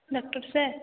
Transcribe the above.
doctor sir